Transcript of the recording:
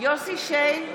יוסף שיין,